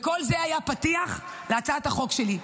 כל זה היה פתיח להצעת החוק שלי,